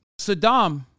Saddam